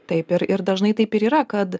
taip ir ir dažnai taip ir yra kad